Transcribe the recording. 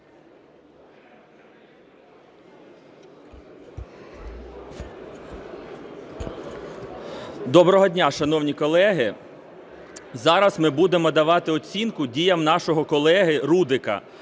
Доброго дня, шановні колеги! Зараз ми будемо давати оцінку діям нашого колеги Рудика,